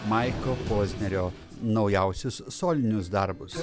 maiko pozdnerio naujausius solinius darbus